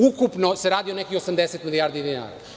Ukupno se radi o nekih 80 milijardi dinara.